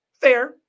fair